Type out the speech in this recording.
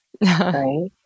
right